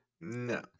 No